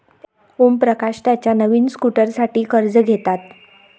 ओमप्रकाश त्याच्या नवीन स्कूटरसाठी कर्ज घेतात